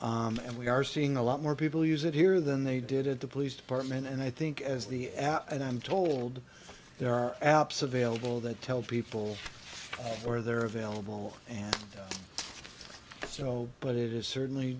committee and we are seeing a lot more people use it here than they did at the police department and i think as the app and i'm told there are apps available that tell people where they're available and so but it is certainly